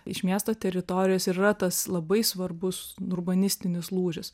iš miesto teritorijos ir yra tas labai svarbus urbanistinis lūžis